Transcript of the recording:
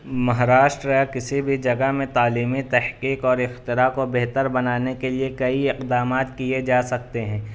مہاراشٹر یا کسی بھی جگہ میں تعلیمی تحقیق اور اختراع کو بہتر بنانے کے لیے کئی اقدامات کئے جا سکتے ہیں